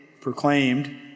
proclaimed